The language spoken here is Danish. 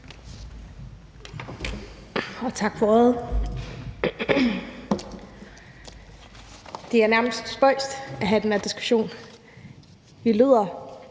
Tak for ordet. Det er nærmest spøjst at have den her diskussion. Vi lyder